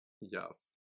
Yes